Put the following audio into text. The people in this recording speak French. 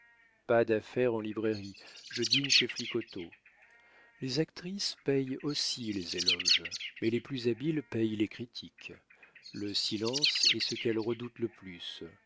pas d'affaires en librairie je dîne chez flicoteaux les actrices payent aussi les éloges mais les plus habiles payent les critiques le silence est ce qu'elles redoutent le plus